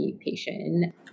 patient